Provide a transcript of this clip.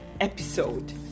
episode